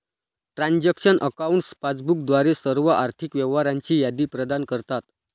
transaction accounts passbook द्वारे सर्व आर्थिक व्यवहारांची यादी प्रदान करतात